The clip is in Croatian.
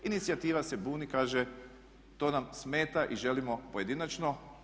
Inicijativa se buni, kaže to nam smetat i želimo pojedinačno.